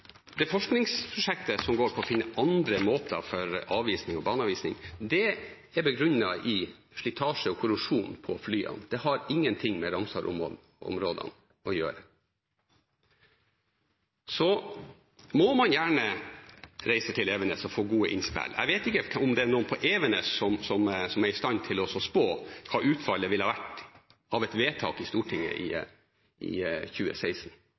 Det forskningsprosjektet som går på å finne andre måter for avising og baneavising, er begrunnet i slitasje og korrosjon på flyene. Det har ingenting med Ramsar-området å gjøre. Så må man gjerne reise til Evenes og få gode innspill. Jeg vet ikke om det er noen på Evenes som er i stand til å spå hva utfallet ville vært av et vedtak i Stortinget i